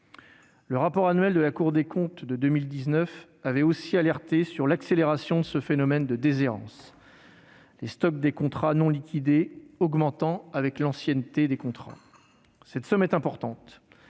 son rapport annuel de 2019, la Cour des comptes avait elle aussi alerté sur l'accélération du phénomène de déshérence, les stocks de contrats non liquidés augmentant avec l'ancienneté des contrats. La somme en jeu est importante.